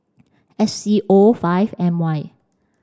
S C O five M Y